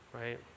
right